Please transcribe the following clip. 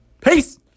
peace